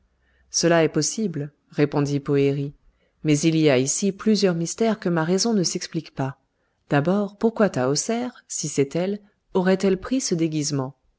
cela est possible répondit poëri mais il y a ici plusieurs mystères que ma raison ne s'explique pas d'abord pourquoi tahoser si c'est elle aurait-elle pris ce déguisement